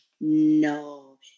no